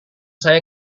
saya